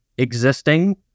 existing